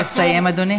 אסור,